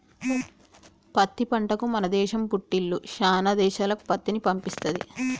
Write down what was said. పత్తి పంటకు మన దేశం పుట్టిల్లు శానా దేశాలకు పత్తిని పంపిస్తది